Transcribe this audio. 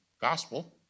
gospel